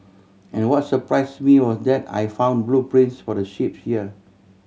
and what surprised me was that I found blueprints for the ship here